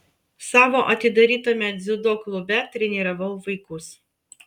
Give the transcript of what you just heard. savo atidarytame dziudo klube treniravau vaikus